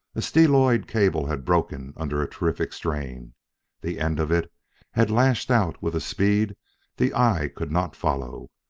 a steeloid cable had broken under a terrific strain the end of it had lashed out with a speed the eye could not follow,